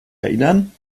erinnern